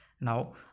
Now